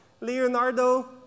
Leonardo